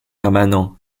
permanents